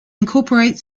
incorporate